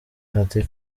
ati